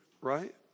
right